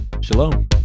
Shalom